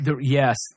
Yes